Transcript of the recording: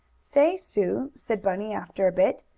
say, sue, said bunny, after a bit,